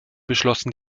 beschlossen